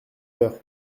peur